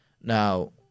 Now